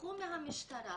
תשכחו מהמשטרה,